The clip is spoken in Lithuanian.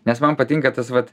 nes man patinka tas vat